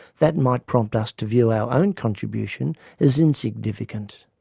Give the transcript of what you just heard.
that might prompt us to view our own contribution as insignificant.